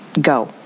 go